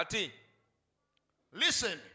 Listen